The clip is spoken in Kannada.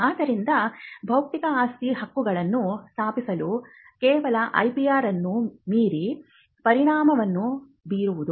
ಆದ್ದರಿಂದ ಬೌದ್ಧಿಕ ಆಸ್ತಿ ಹಕ್ಕುಗಳನ್ನು ಸ್ಥಾಪಿಸುವುದು ಕೇವಲ IPR ಅನ್ನು ಮೀರಿ ಪರಿಣಾಮವನ್ನು ಬೀರುತ್ತದೆ